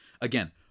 Again